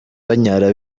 banyara